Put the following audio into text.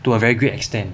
to a very great extent